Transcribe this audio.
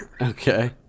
okay